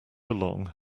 along